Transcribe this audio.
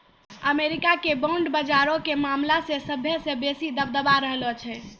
America के bond बजारो के मामला मे सभ्भे से बेसी दबदबा रहलो छै